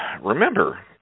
remember